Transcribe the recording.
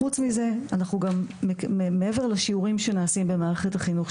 חוץ מזה אנחנו גם מעבר לשיעורים שנעשים במערכת החינוך,